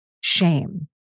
shame